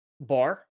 bar